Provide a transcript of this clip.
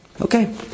Okay